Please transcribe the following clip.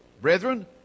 Brethren